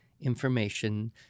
information